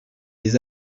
les